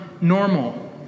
normal